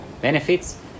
benefits